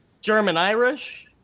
German-Irish